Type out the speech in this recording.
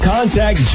Contact